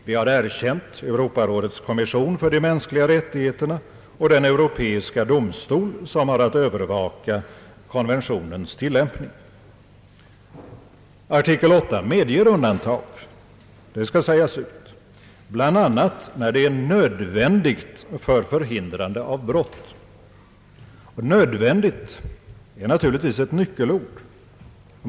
Vi har erkänt Europarådets konvention om de mänskliga rättigheterna och den europeiska domstol som har att övervaka konventionens tillämpning. Artikel 8 medger undantag, bland annat när det är nödvändigt för förhindrande av brott. »Nödvändigt» är naturligtvis ett nyckelord.